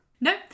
no